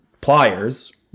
pliers